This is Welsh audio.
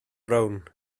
brown